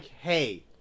hey